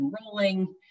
enrolling